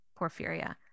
porphyria